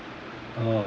oh